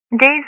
Days